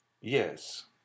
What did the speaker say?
Yes